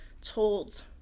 told